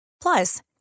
Plus